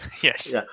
Yes